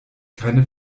keine